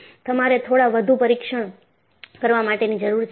તમારે થોડા વધુ પરીક્ષણ કરવા માટેની જરૂર છે